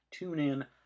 TuneIn